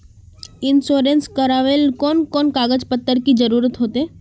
Insurance करावेल कोन कोन कागज पत्र की जरूरत होते?